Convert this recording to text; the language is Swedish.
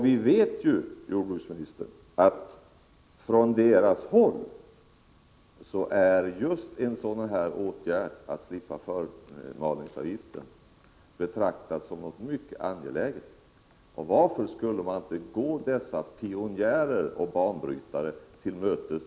Vi vet, jordbruksministern, att just en sådan åtgärd som jag föreslår, att dessa odlare skall slippa förmalningsavgiften, från odlarnas håll betraktas som mycket angelägen. Varför skulle man inte rent konkret kunna gå dessa pionjärer, banbrytare, till mötes?